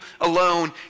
alone